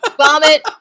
vomit